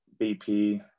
BP